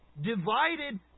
divided